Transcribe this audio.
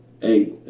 Hey